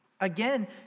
Again